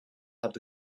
hat